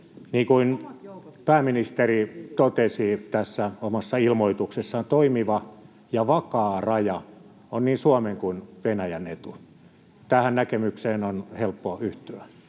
Niin kuin pääministeri totesi tässä omassa ilmoituksessaan, toimiva ja vakaa raja on niin Suomen kuin Venäjän etu. Tähän näkemykseen on helppo yhtyä.